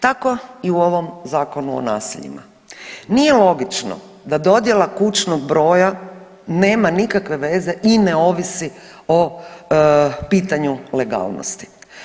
Tako i u ovom Zakonu o naseljima nije logično da dodjela kućnog broja nema nikakve veze i ne ovisi o pitanju legalnosti.